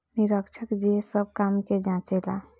निरीक्षक जे सब काम के जांचे ला